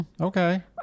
Okay